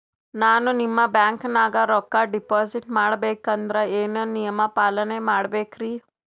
ನಾನು ನಿಮ್ಮ ಬ್ಯಾಂಕನಾಗ ರೊಕ್ಕಾ ಡಿಪಾಜಿಟ್ ಮಾಡ ಬೇಕಂದ್ರ ಏನೇನು ನಿಯಮ ಪಾಲನೇ ಮಾಡ್ಬೇಕ್ರಿ?